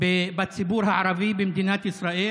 בציבור הערבי במדינת ישראל.